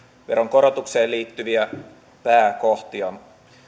korotukseen liittyviä pääkohtia